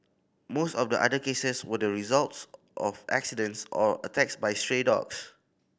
most of the other cases were the results of accidents or attacks by stray dogs